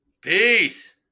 Peace